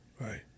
Right